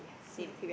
same